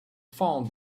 found